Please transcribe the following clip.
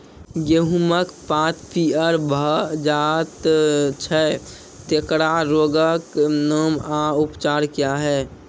गेहूँमक पात पीअर भअ जायत छै, तेकरा रोगऽक नाम आ उपचार क्या है?